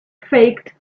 faked